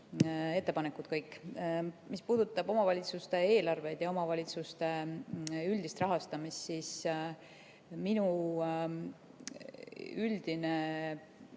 ettepanekud kõik. Mis puudutab omavalitsuste eelarveid ja omavalitsuste üldist rahastamist, siis minu üldine